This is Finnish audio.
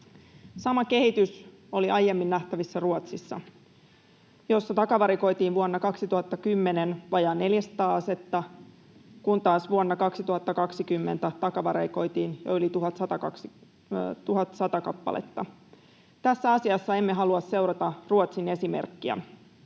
Sama kehitys oli aiemmin nähtävissä Ruotsissa, jossa takavarikoitiin vuonna 2010 vajaa 400 asetta, kun taas vuonna 2020 takavarikoitiin jo yli 1 100 kappaletta. Tässä asiassa emme halua seurata Ruotsin esimerkkiä.